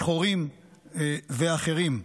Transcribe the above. שחורים ואחרים.